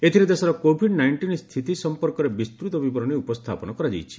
ଏଥିରେ ଦେଶର Covid nineteen ସ୍ଥିତି ସଫପର୍କରେ ବିସ୍ତୁତ ବିବରଣୀ ଉପସ୍ଥାପନ କରାଯାଇଛି